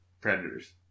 Predators